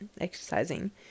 exercising